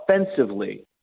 offensively